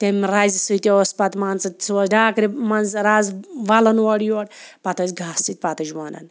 تمہِ رَزِ سۭتۍ اوس پَتہٕ مان ژٕ سُہ اوس ڈاکرِ منٛز رَز وَلان اورٕ یورٕ پَتہٕ ٲسۍ گاسہٕ سۭتۍ پَتٕج وونان